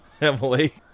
Emily